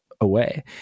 away